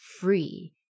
free